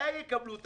מתי יקבלו את